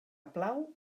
plau